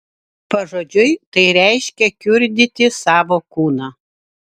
pažodžiui tai reiškia kiurdyti savo kūną